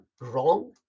wrong